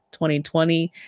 2020